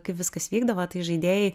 kaip viskas vykdavo tai žaidėjai